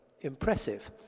impressive